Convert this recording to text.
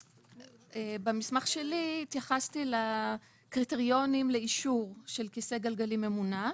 במסמך שלי התייחסתי לקריטריונים לאישור של כיסא גלגלים ממונע.